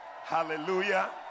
hallelujah